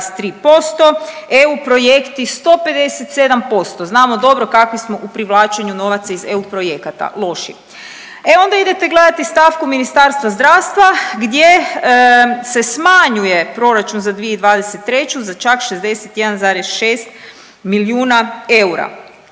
15,3%, EU projekti 157%. Znamo dobro kakvi smo u privlačenju novaca iz EU projekata, loši. E onda idete gledati stavku Ministarstva zdravstva gdje se smanjuje proračun za 2023. za čak 61,6 milijuna eura.